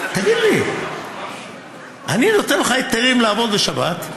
תגיד לי, אני נותן לך היתרים לעבוד בשבת?